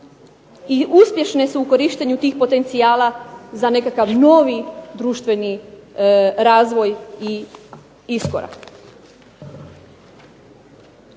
i uspješne su u korištenju tih potencijala za nekakav novi društveni razvoj i iskorak.